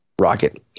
rocket